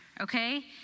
okay